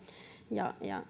ja ja